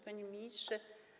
Panie Ministrze!